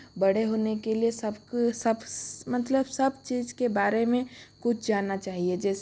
बड़े होने के लिए सब मतलब सब चीज़ के बारे में कुछ जानना चाहिए जैसे